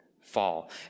fall